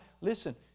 Listen